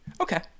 Okay